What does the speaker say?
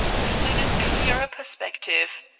stood in clearer perspective.